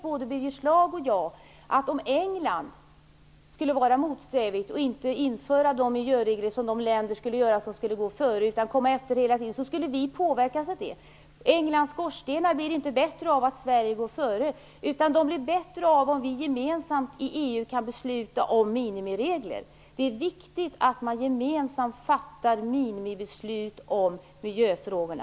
Både Birger Schlaug och jag vet att om England var motsträvigt och inte införde de miljöregler som de länder skulle införa som gick före och England därmed hela tiden kom efter, skulle vi påverkas av det. Englands skorstenar blir inte bättre av att Sverige går före. Däremot blir de bättre om vi gemensamt i EU kan besluta om minimiregler. Det är viktigt att gemensamt i EU fatta minimibeslut i miljöfrågorna.